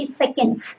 seconds